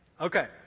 Okay